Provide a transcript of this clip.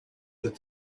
that